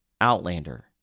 Outlander